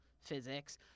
physics